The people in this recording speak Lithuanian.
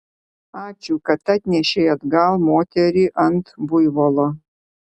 ačiū kad atnešei atgal moterį ant buivolo